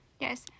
Yes